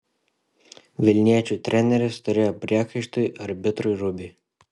vilniečių treneris turėjo priekaištų arbitrui rubiui